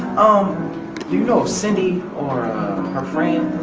um do you know if cindy or her friend,